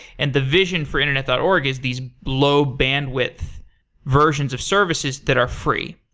and the vision for internet dot org is these low bandwidth versions of services that are free.